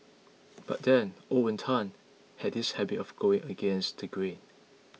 but then Owen Tan has this habit of going against the grain